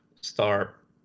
start